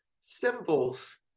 symbols